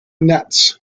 nets